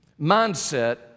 mindset